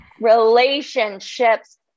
Relationships